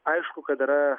aišku kad yra